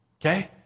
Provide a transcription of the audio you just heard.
Okay